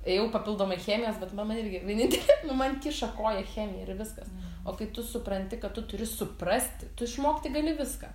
ėjau papildomai chemijos bet mano irgi vienintelė nu man kiša koją chemija ir viskas o kai tu supranti kad tu turi suprasti tu išmokti gali viską